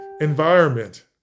environment